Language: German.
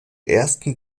ersten